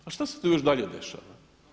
A što se tu još dalje dešava?